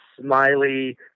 smiley